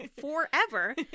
forever